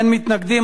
אין מתנגדים.